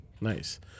Nice